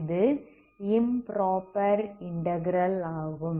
இது improper integral ஆகும்